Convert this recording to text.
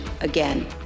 again